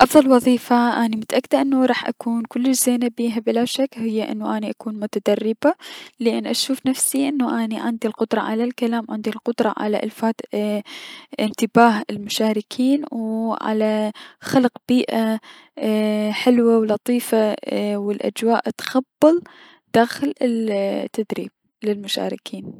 افضل وظيفة اني متأكدة انو راح اكون كلش زينة بيها بلا شك هي انو اني اكون متدربة لأن اشوف نفسي انو اني عندي القدرة على الكلام عندي القدرة على الفاة انتباه المشاركين و على خلق بيئة ايي حلوة و لطيفة و الأجواء تخبل اي- داخل التدريب للمشاركين.